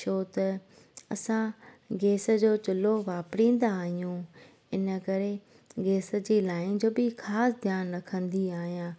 छो त असां गैस जो चूल्हो वापरींदा आहियूं इन करे गैस जे लाइन जो बि ख़ासि ध्यानु रखंदी आहियां